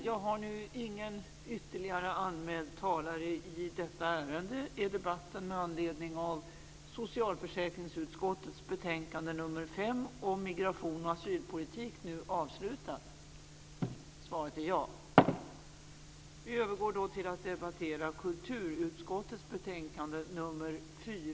Fru talman!